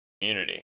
community